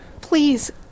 Please